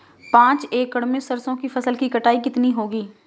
पांच एकड़ में सरसों की फसल की कटाई कितनी होगी?